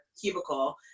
cubicle